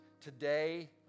today